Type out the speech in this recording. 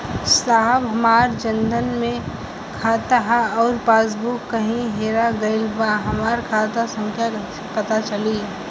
साहब हमार जन धन मे खाता ह अउर पास बुक कहीं हेरा गईल बा हमार खाता संख्या कईसे पता चली?